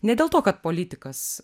ne dėl to kad politikas